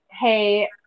hey